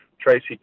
Tracy